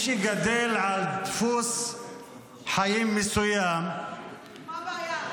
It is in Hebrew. שגדל על דפוס חיים מסוים -- מה הבעיה?